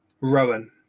rowan